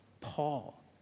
Paul